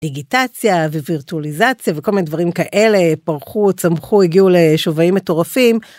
דיגיטציה ווירטוליזציה וכל מיני דברים כאלה פרחו צמחו הגיעו לשווים מטורפים.